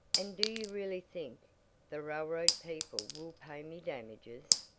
and do you really think the railroad people will pay me damages?